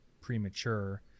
premature